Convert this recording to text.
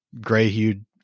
gray-hued